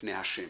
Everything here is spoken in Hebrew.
בפני השמש.